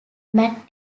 matt